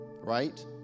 right